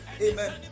amen